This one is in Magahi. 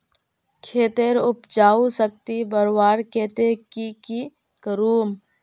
खेतेर उपजाऊ शक्ति बढ़वार केते की की करूम?